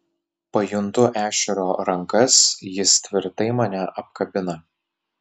pajuntu ešerio rankas jis tvirtai mane apkabina